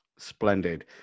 Splendid